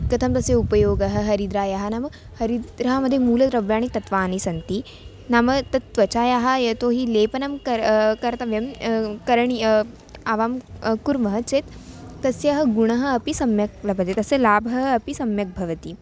कथं तस्य उपयोगः हरिद्रायाः नाम हरिद्रा मध्ये मूलद्रव्याणि तत्त्वानि सन्ति नाम तत्त्वचः यतो हि लेपनं कर्तुं कर्तव्यं करणीयम् आवां कुर्वः चेत् तस्याः गुणः अपि सम्यक् लभ्यते तस्याः लाभः अपि सम्यक् भवति